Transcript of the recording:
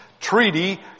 treaty